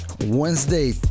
Wednesday